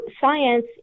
science